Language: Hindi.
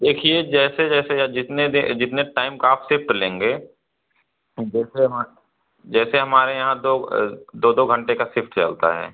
देखिए जैसे जैसे या जितने जितने टाइम का आप सिफ्ट लेंगे जैसे जैसे हमारे यहाँ दो दो दो घंटे का सिफ्ट चलता है